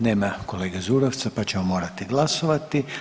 Nema kolege Zurovca, pa ćemo morati glasovati.